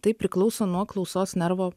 tai priklauso nuo klausos nervo